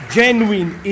genuine